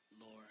Lord